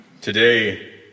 Today